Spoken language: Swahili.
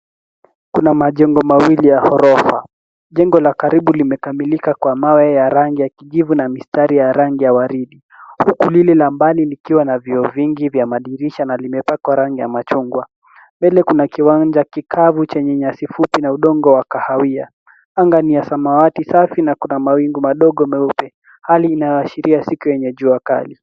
Kuna majengo mawili ya ghorofa. Jengo la karibu limekamilika kwa mawe ya rangi ya kijivu na mistari ya rangi ya waridi huku lile la mbali likiwa na vioo vingi vya madirisha na limepakwa rangi ya machungwa. Mbele kuna kiwanja kavu chenye nyasi fupi na udongo wa kahawia. Anga ni ya samawati safi na kuna mawingu madogo meupe. Hali inayoashiria siku yenye jua kali.